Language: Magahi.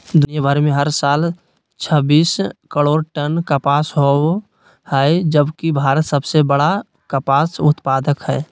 दुनियां भर में हर साल छब्बीस करोड़ टन कपास होव हई जबकि भारत सबसे बड़ कपास उत्पादक हई